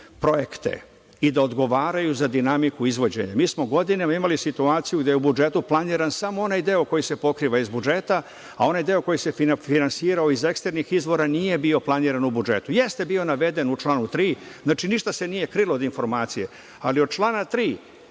projekte i da odgovaraju za dinamiku izvođenja. Mi smo godinama imali situaciju da je u budžetu planiran samo onaj deo koji se pokriva iz budžeta, a onaj deo koji se finansirao iz eksternih izvora nije bio planiran u budžetu. Jeste bio navede u članu 3. znači, ništa se nije krilo od informacije, ali od člana 3.